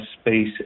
Space